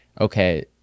okay